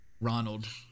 Ronald